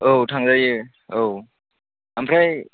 औ थांजायो औ ओमफ्राय